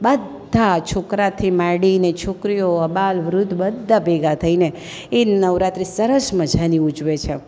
બધા છોકરાથી માંડીને છોકરીઓ અબાલ વૃદ્ધ બધા ભેગા થઈને એ નવરાત્રિ સરસ મજાની ઉજવે છે